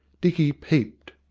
dicky peeped.